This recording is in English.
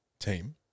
Team